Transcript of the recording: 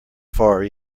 far